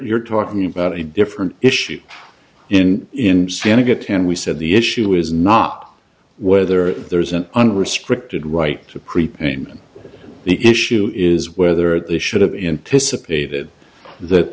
you're talking about a different issue in in vienna get ten we said the issue is not whether there's an unrestricted right to prepayment the issue is whether they should have anticipated that